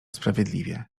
sprawiedliwie